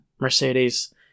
Mercedes